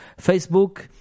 Facebook